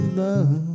love